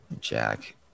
Jack